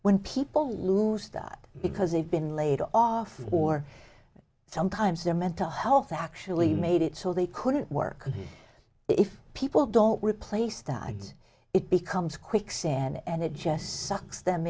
when people lose that because they've been laid off or sometimes their mental health actually made it so they couldn't work if people don't replace stags it becomes quicksand and it just sucks them